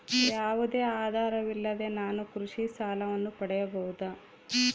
ಯಾವುದೇ ಆಧಾರವಿಲ್ಲದೆ ನಾನು ಕೃಷಿ ಸಾಲವನ್ನು ಪಡೆಯಬಹುದಾ?